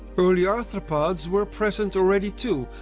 early arthropods were present already too,